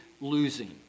losing